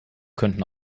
könnten